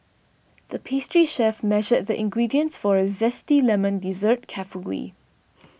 the pastry chef measured the ingredients for a Zesty Lemon Dessert carefully